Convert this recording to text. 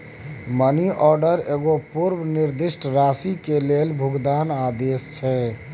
money order एगो पूर्व निर्दिष्ट राशि के लेल भुगतान आदेश छै